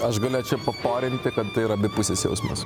aš galėčiau paporinti kad tai yra abipusis jausmas